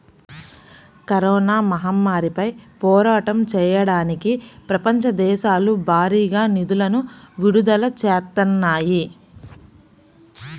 corona మహమ్మారిపై పోరాటం చెయ్యడానికి ప్రపంచ దేశాలు భారీగా నిధులను విడుదల చేత్తన్నాయి